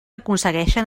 aconsegueixen